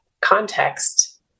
context